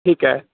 ਠੀਕ ਹੈ